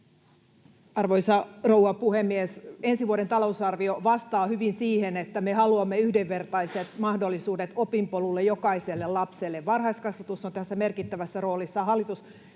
Arvoisa rouva puhemies! Ensi vuoden talousarvio vastaa hyvin siihen, että me haluamme yhdenvertaiset mahdollisuudet opinpolulle jokaiselle lapselle. Varhaiskasvatus on tässä merkittävässä roolissa. Hallitusneuvotteluissa